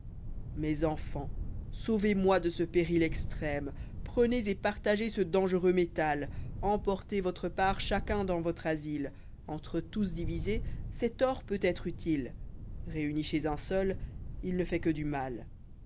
mes enfants sauvez-moi de ce péril extrême prenez et partagez ce dangereux métal emportez votre part chacun dans votre asile entre tous divisé cet or peut être utile réuni chez un seul il ne fait que du mal